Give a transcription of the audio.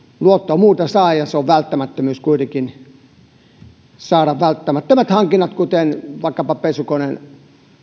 luottoa muuten saa on kuitenkin välttämättömyys saada välttämättömiin hankintoihin kuten vaikkapa pesukoneen